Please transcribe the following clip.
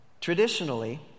Traditionally